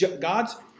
God's